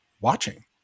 watching